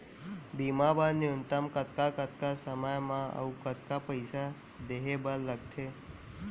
बीमा बर न्यूनतम कतका कतका समय मा अऊ कतका पइसा देहे बर लगथे